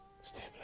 stay